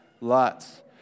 Lots